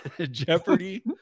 Jeopardy